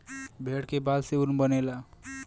भेड़ के बाल से ऊन बनेला